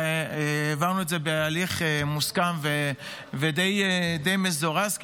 והעברנו את זה בהליך מוסכם ודי מזורז,